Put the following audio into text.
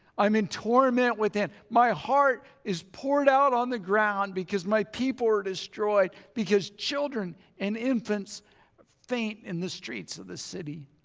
i'm in torment within. my heart is poured out on the ground because my people are destroyed. because children and infants faint in the streets of the city.